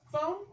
phone